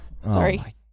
sorry